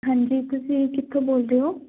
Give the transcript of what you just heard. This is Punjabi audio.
ਹਾਂਜੀ ਤੁਸੀਂ ਕਿਥੋਂ ਬੋਲਦੇ ਹੋ